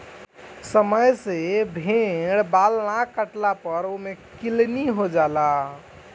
समय से भेड़ बाल ना काटला पर ओमे किलनी हो जाला